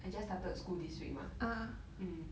I just started school this week mah mm